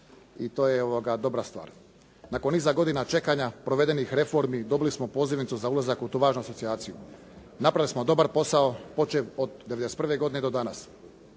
i to je dobra stvar. Nakon niza godina čekanja, provedenih reformi, dobili smo pozivnicu za ulazak u tu važnu asocijaciju. Napravili smo dobar posao, počev od '91. godine do danas.